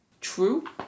True